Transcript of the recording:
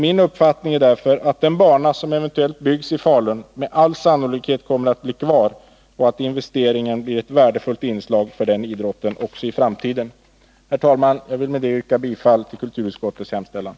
Min uppfattning är därför att den bana som eventuellt byggs i Falun med all sannolikhet kommer att bli kvar och att investeringen blir ett värdefullt inslag för den idrotten också i framtiden. Herr talman! Jag vill med detta yrka bifall till kulturutskottets hemställan.